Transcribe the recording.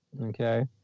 Okay